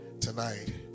tonight